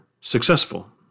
successful